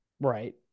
Right